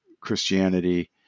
Christianity